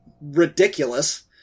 ridiculous